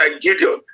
Gideon